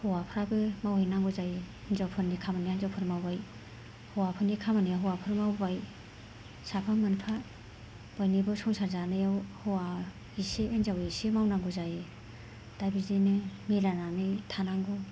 हौवाफ्राबो मावहैनांगौ जायो हिनजावफोरनि खामानिया हिनजावफोर मावबाय हौवाफोरनि खामानिया हौवाफोर मावबाय साफा मोनफा बयनिबो संसार जानायाव हौवा एसे हिनजाव एसे मावनांगौ जायो दा बिदिनो मिलायनानै थानांगौ